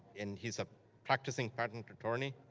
and he's a practicing patent attorney.